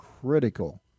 critical